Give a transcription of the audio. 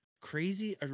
crazy